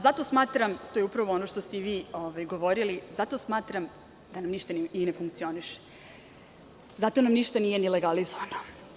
Zato smatram, to je upravo ono što ste i vi govorili, da nam ništa i ne funkcioniše i zato nam ništa nije ni legalizovano.